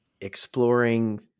exploring